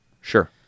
Sure